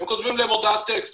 הם כותבים להם הודעת טקסט,